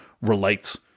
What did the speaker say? ...relates